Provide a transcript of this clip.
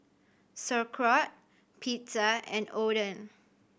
Sauerkraut Pizza and Oden